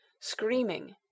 screaming